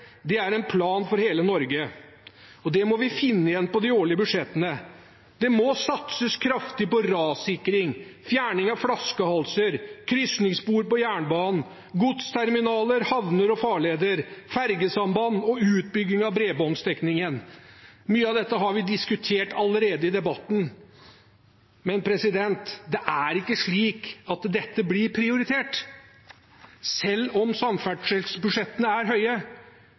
er en plan for hele Norge, og det må vi finne igjen i de årlige budsjettene. Det må satses kraftig på rassikring, fjerning av flaskehalser, krysningsspor på jernbanen, godsterminaler, havner og farleder, fergesamband og utbygging av bredbåndsdekningen. Mye av dette har vi diskutert allerede i debatten. Men det er ikke slik at dette blir prioritert selv om samferdselsbudsjettene er høye.